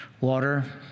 water